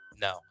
no